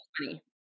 money